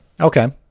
Okay